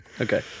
Okay